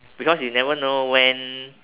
because you never know when